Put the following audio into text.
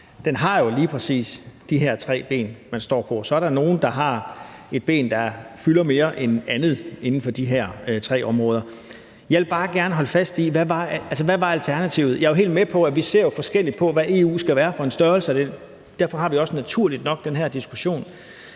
Den har jo lige præcis de her tre ben, man står på, og så er der nogle, der har et ben, der fylder mere end andet inden for de her tre områder. Jeg vil bare gerne holde fast i: Hvad var alternativet? Jeg er jo helt med på, at vi ser forskelligt på, hvad EU skal være for en størrelse, og derfor har vi også naturligt nok den her diskussion.